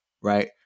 right